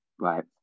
Right